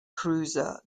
cruiser